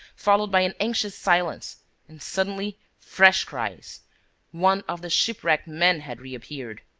followed by an anxious silence and, suddenly, fresh cries one of the shipwrecked men had reappeared.